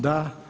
Da.